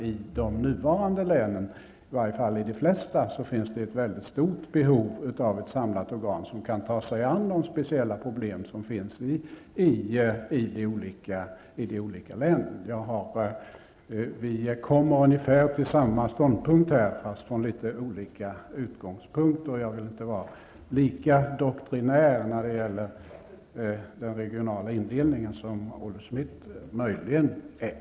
I de nuvarande länen, i varje fall i de flesta, finns redan nu ett mycket stort behov av ett samlat organ som kan ta sig an de speciella problem som finns i olika län. Vi kommer här till ungefär samma ståndpunkt, men från litet olika utgångspunkter. Jag vill inte vara lika doktrinär när det gäller den regionala indelningen som Olle Schmidt möjligen är.